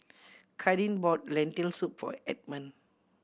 Kadin bought Lentil Soup for Edmon